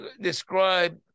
describe